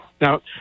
Now